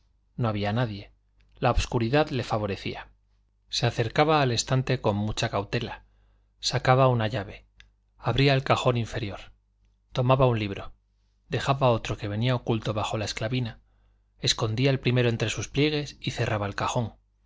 no había nadie la obscuridad le favorecía se acercaba al estante con mucha cautela sacaba una llave abría el cajón inferior tomaba un libro dejaba otro que venía oculto bajo la esclavina escondía el primero entre sus pliegues y cerraba el cajón